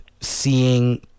seeing